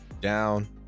Down